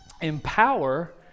empower